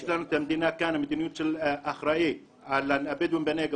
יש לנו את המדיניות של האחראי על הבדואים בנגב,